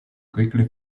quickly